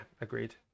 agreed